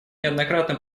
неоднократно